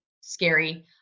scary